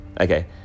Okay